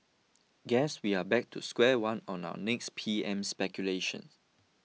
guess we are back to square one on our next P M speculation